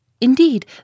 Indeed